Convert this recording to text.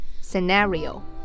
Scenario